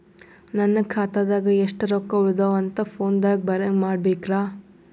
ನನ್ನ ಖಾತಾದಾಗ ಎಷ್ಟ ರೊಕ್ಕ ಉಳದಾವ ಅಂತ ಫೋನ ದಾಗ ಬರಂಗ ಮಾಡ ಬೇಕ್ರಾ?